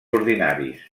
ordinaris